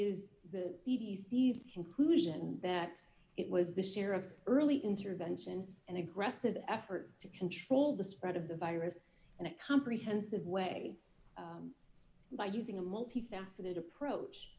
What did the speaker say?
is the c d c s conclusion that it was the sheriff's early intervention and aggressive efforts to control the spread of the virus in a comprehensive way by using a multifaceted approach